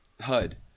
HUD